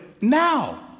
now